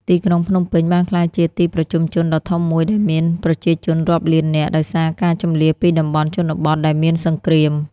ទីក្រុងភ្នំពេញ បានក្លាយជាទីប្រជុំជនដ៏ធំមួយដែលមានប្រជាជនរាប់លាននាក់ ដោយសារការជម្លៀសពីតំបន់ជនបទដែលមានសង្គ្រាម។